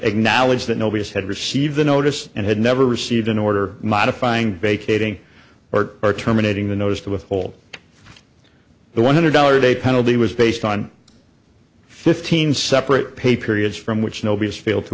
acknowledged that nobody's had received the notice and had never received an order modifying vacating or or terminating the notice to withhold the one hundred dollars a day penalty was based on fifteen separate pay periods from which nobody's fail to